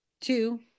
two